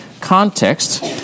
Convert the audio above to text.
context